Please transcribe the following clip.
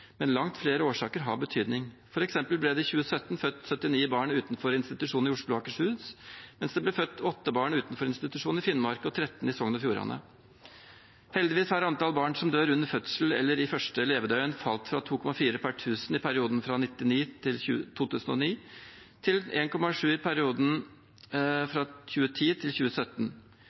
men langt flere årsaker har betydning. For eksempel ble det i 2017 født 79 barn utenfor institusjon i Oslo og Akershus, mens det ble født 8 barn utenfor institusjon i Finnmark og 13 i Sogn og Fjordane. Heldigvis har antall barn som dør under fødsel eller i første levedøgn, falt fra 2,4 per 1 000 i perioden 1999–2009 til 1,7 i perioden